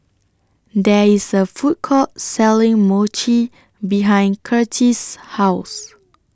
There IS A Food Court Selling Mochi behind Curtiss' House